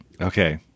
okay